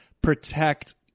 protect